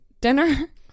dinner